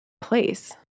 place